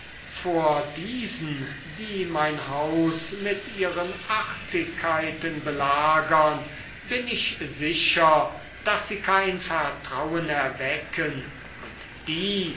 vor diesen die mein haus mit ihren artigkeiten belagern bin ich sicher daß sie kein vertrauen erwecken und die